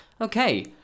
Okay